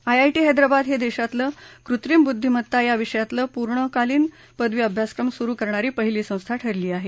IIT Hyderabad हे देशातलंकृत्रिम बुद्धीमत्ता या विषयात पूर्णतःकालीन पदवी अभ्यासक्रम सुरु करणारी पहिली संस्था ठरली आहे